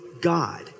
God